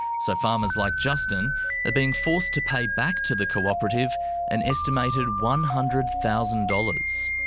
so farmers like justin are being forced to pay back to the cooperative an estimated one hundred thousand dollars.